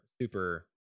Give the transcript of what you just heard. super